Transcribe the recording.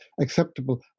acceptable